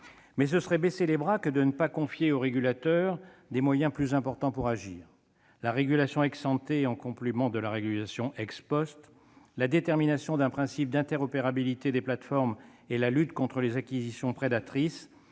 Mais ce serait baisser les bras que de ne pas confier au régulateur des moyens plus importants pour agir. La régulation en complément de la régulation, la détermination d'un principe d'interopérabilité des plateformes et la lutte contre les acquisitions prédatrices